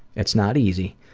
it's not easy,